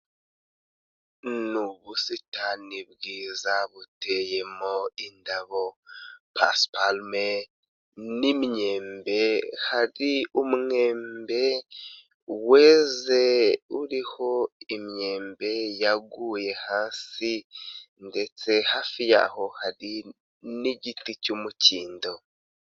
Ni ubusitani bwiza buteyemo indabo pasiparume, n'imyembe hari umwembe weze uriho imyembe yaguye hasi ndetse hafi yaho hari n'igiti cy'umukindo.